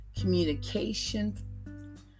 communication